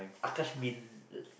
Akash-Bin uh